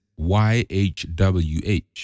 YHWH